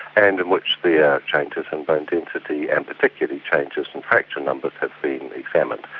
and in which the yeah changes in bone density and particularly changes in fracture numbers had been examined.